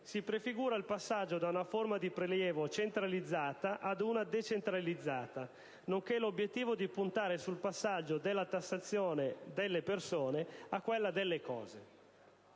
si prefigura il passaggio da una forma di prelievo centralizzata ad una decentralizzata, nonché l'obiettivo di puntare sul passaggio della tassazione dalle persone alle cose.